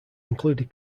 included